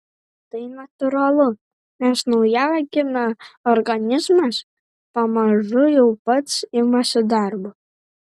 tai natūralu nes naujagimio organizmas pamažu jau pats imasi darbo